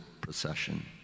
procession